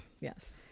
yes